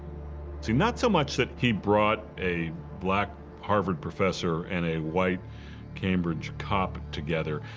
so not so much that he brought a black harvard professor and a white cambridge cop together,